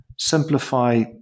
Simplify